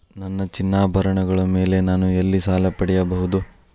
ನನ್ನ ಚಿನ್ನಾಭರಣಗಳ ಮೇಲೆ ನಾನು ಎಲ್ಲಿ ಸಾಲ ಪಡೆಯಬಹುದು?